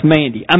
Mandy